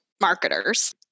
marketers